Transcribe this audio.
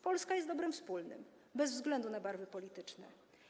Polska jest dobrem wspólnym bez względu na barwy polityczne.